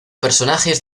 personajes